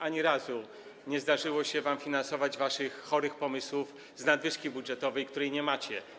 Ani razu nie zdarzyło się wam finansować waszych chorych pomysłów z nadwyżki budżetowej, której nie macie.